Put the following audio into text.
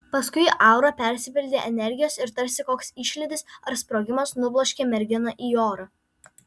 paskui aura persipildė energijos ir tarsi koks išlydis ar sprogimas nubloškė merginą į orą